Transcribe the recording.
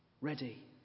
ready